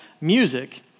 music